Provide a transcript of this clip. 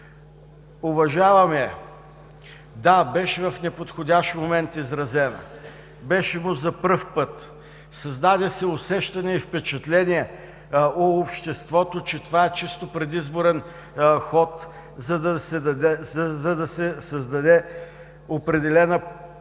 Уважаваме я. Да, беше в неподходящ момент изразена, беше му за пръв път, създаде се усещане и впечатление у обществото, че това е чисто предизборен ход, за да се създаде определена